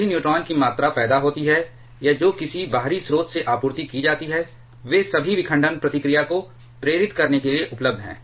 जो भी न्यूट्रॉन की मात्रा पैदा होती है या जो किसी बाहरी स्रोत से आपूर्ति की जाती हैं वे सभी विखंडन प्रतिक्रिया को प्रेरित करने के लिए उपलब्ध हैं